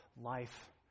life